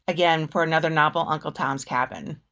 again, for another novel, uncle tom's cabin.